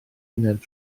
wyneb